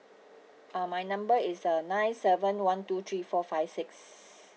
uh my number is uh nine seven one two three four five six